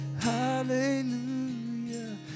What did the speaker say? Hallelujah